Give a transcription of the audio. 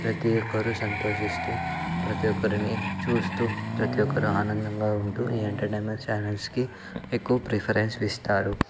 ప్రతీ ఒక్కరు సంతోషిస్తూ ప్రతీ ఒక్కరిని చూస్తూ ప్రతీ ఒక్కరు ఆనందంగా ఉంటూ ఈ ఎంటర్టైన్మెంట్ ఛానల్స్కి ఎక్కువ ప్రిఫరెన్స్ ఇస్తారు